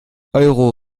euro